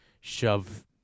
shove